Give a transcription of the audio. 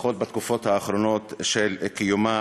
לפחות בתקופות האחרונות של קיומה,